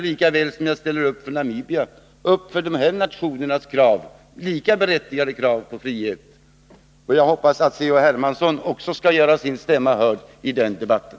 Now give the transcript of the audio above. Lika väl som jag ställer upp för Namibia ställer jag upp för dessa nationers lika berättigade krav på frihet. Jag hoppas att C.-H. Hermansson också skall göra sin stämma hörd i den debatten.